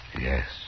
Yes